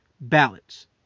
ballots